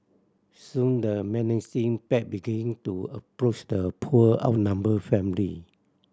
soon the menacing pack begin to approach the poor outnumbered family